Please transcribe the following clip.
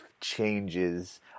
changes